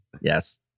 Yes